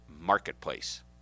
marketplace